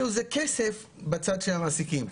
זה כסף בצד של המעסיקים.